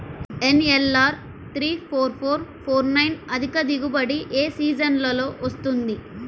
NLR three four four four nine అధిక దిగుబడి ఏ సీజన్లలో వస్తుంది?